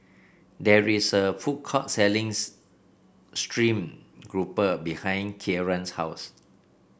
there is a food court selling's stream grouper behind Kieran's house